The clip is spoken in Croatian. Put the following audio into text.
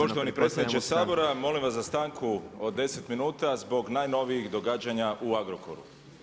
Poštovani predsjedniče Sabora, molim vas za stanku od 10 minuta zbog najnovijih događanja u Agrokoru.